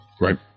Right